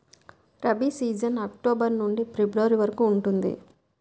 rabi season October నుండి ఫిబ్రవరి వరకు ఉంటుంది